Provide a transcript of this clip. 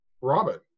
Robin